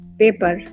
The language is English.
paper